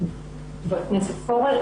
חבר הכנסת פורר,